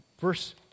verse